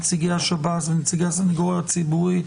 נציגי השב"ס ונציגי הסנגוריה הציבורית